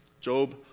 Job